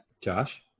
Josh